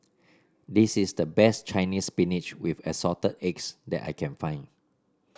this is the best Chinese Spinach with Assorted Eggs that I can find